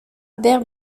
bear